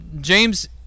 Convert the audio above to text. James